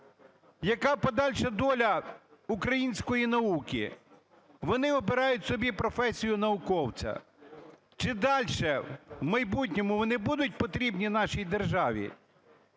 Яка подальша доля української науки? Вони обирають собі професію науковця, чи дальше в майбутньому вони будуть потрібні нашій державі?